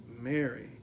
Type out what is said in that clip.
Mary